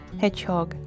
hedgehog